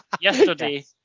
Yesterday